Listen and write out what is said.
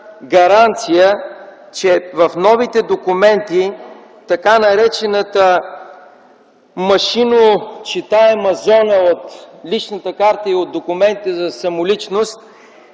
гаранция, че в новите документи така наречената машинно читаема зона от личната карта и от документите за самоличност